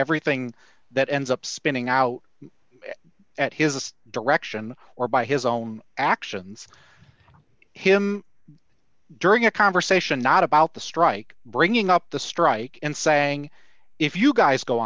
everything that ends up spinning out at his direction or by his own actions him during a conversation not about the strike bringing up the strike and saying if you guys go